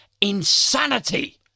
insanity